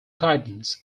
guidance